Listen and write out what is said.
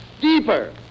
Deeper